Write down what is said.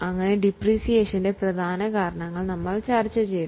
അപ്പോൾ നമ്മൾ ഡിപ്രീസിയേഷൻറെ പ്രധാന കാരണങ്ങൾ ചർച്ചചെയ്തു